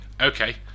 Okay